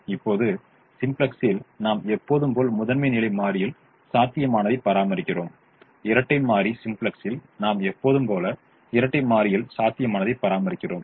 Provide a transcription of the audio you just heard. இப்போது சிம்ப்ளெக்ஸில் நாம் எப்போதும் போல் முதன்மை நிலை மாறியில் சாத்தியமானதை பராமரிக்கிறோம் இரட்டை மாறி சிம்ப்ளெக்ஸில் நாம் எப்போதும் போல இரட்டை மாறியில் சாத்தியமானதை பராமரிக்கிறோம்